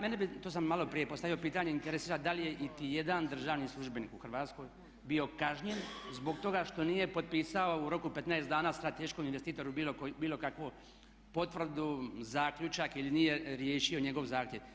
Mene bi, to sam maloprije postavio pitanje interesira da li je iti jedan državni službenik u Hrvatskoj bio kažnjen zbog toga što nije potpisao u roku 15 dana strateškom investitoru bilo kakvu potvrdu, zaključak ili nije riješio njegov zahtjev.